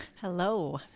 hello